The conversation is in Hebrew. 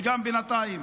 וגם בינתיים.